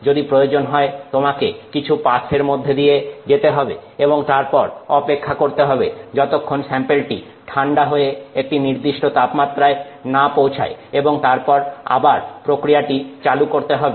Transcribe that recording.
যদি প্রয়োজন হয় তোমাকে কিছু পাসের মধ্যে দিয়ে যেতে হবে এবং তারপর অপেক্ষা করতে হবে যতক্ষণ স্যাম্পেলটি ঠান্ডা হয়ে একটি নির্দিষ্ট তাপমাত্রায় না পৌঁছায় এবং তারপর আবার প্রক্রিয়াটি চালু করতে হবে